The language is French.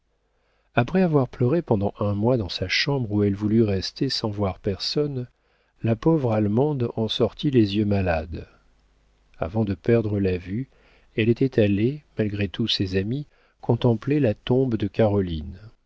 après avoir pleuré pendant un mois dans sa chambre où elle voulut rester sans voir personne la pauvre allemande en sortit les yeux malades avant de perdre la vue elle était allée malgré tous ses amis contempler la tombe de caroline